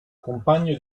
compagno